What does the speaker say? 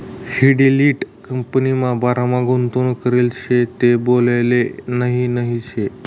Fidelity कंपनीमा बारामा गुंतवणूक करेल शे ते बोलाले नही नही शे